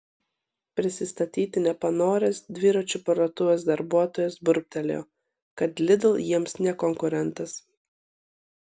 prisistatyti nepanoręs dviračių parduotuvės darbuotojas burbtelėjo kad lidl jiems ne konkurentas